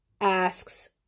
asks